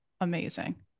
amazing